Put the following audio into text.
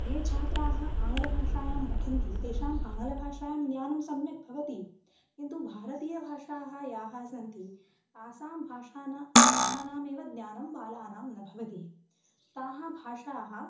ये छात्राः आङ्ग्लभाषायां पठन्ति तेषाम् आङ्ग्लभाषायां ज्ञानं सम्यक् भवति किन्तु भारतीयभाषाः याः सन्ति तासां भाषानां भाषानामेव ज्ञानं बालानां न भवति ताः भाषाः